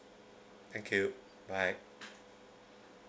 thank you bye